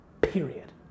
Period